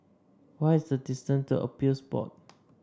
what is the distant to Appeals Board